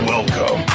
Welcome